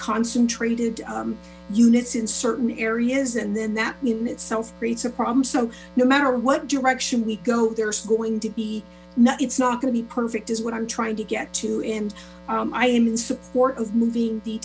concentrated units in certain areas and then that in itself creates a problem so no matter what direction we go there's going to be it's not going to be perfect is what i'm trying to get to and i am in support of moving the